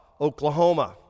Oklahoma